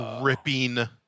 ripping